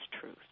truth